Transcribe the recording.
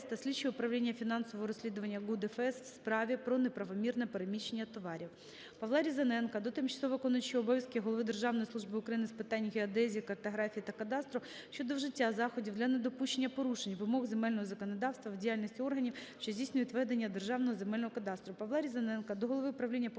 та слідчого управління фінансових розслідувань ГУ ДФС в справі про неправомірне переміщення товарів. Павла Різаненка до тимчасово виконуючого обов'язки голови Державної служби України з питань геодезії, картографії та кадастру щодо вжиття заходів для недопущення порушень вимог земельного законодавства в діяльності органів, що здійснюють ведення Державного земельного кадастру. Павла Різаненка до голови правління Публічного